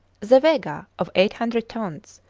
the vega of eight hundred tons,